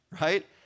right